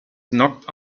knocked